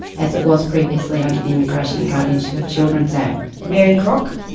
as it was previously under the immigration and guardianship of children act. mary crock?